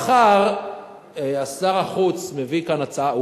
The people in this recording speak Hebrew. מחר שר החוץ מביא כאן הצעה,